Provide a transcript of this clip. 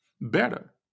better